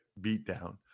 beatdown